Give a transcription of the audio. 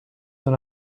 dans